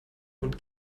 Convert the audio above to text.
und